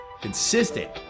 consistent